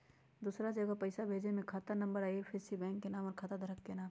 दूसरा जगह पईसा भेजे में खाता नं, आई.एफ.एस.सी, बैंक के नाम, और खाता धारक के नाम?